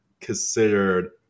considered